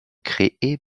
créée